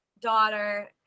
daughter